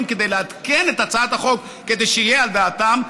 לעדכן את הצעת החוק כדי שיהיה על דעתם.